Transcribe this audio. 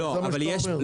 זה מה שאתה אומר?